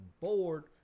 bored